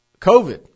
COVID